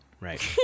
Right